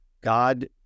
God